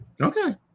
okay